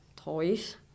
toys